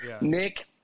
Nick